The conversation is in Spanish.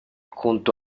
junto